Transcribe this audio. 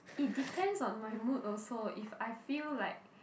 it depends on my mood also if I feel like